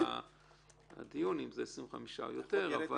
הוגשה בקשה לביטול הכרה כאמור בסעיף קטן (א)